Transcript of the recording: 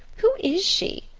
who is she?